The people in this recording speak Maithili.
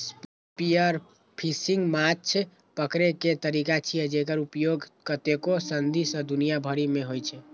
स्पीयरफिशिंग माछ पकड़ै के तरीका छियै, जेकर उपयोग कतेको सदी सं दुनिया भरि मे होइ छै